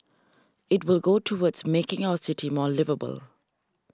it will go towards making our city more liveable